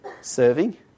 serving